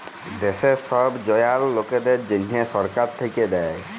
দ্যাশের ছব জয়াল লকদের জ্যনহে ছরকার থ্যাইকে দ্যায়